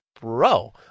bro